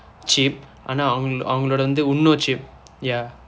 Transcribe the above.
cheap ஆனா அவங்~ அவங்களுடைய இன்னும்:aanaa avan~ avangkaludaiya innum cheap ya